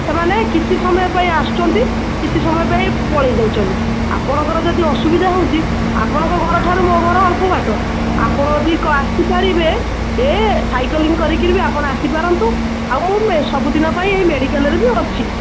ସେମାନେ କିଛି ସମୟ ପାଇଁ ଆସୁଛନ୍ତି କିଛି ସମୟ ପାଇଁ ପଳାଇ ଯାଉଛନ୍ତି ଆପଣଙ୍କର ଯଦି ଅସୁବିଧା ହେଉଛି ଆପଣଙ୍କ ଘରଠାରୁ ମୋ ଘର ଅଳ୍ପ ବାଟ ଆପଣ ଯଦି କ ଆସି ପାରିବେ ସାଇକଲିଙ୍ଗ୍ କରିକିରି ବି ଆପଣ ଆସି ପାରନ୍ତୁ ଆଉ ମୁଁ ମେ ସବୁଦିନ ପାଇଁ ଏହି ମେଡ଼ିକାଲ୍ରେ ବି ଅଛି